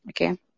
okay